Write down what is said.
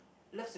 love to